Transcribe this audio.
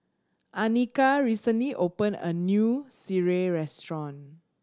Anika recently opened a new sireh restaurant